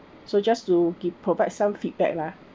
so just to gi~ provide some feedback lah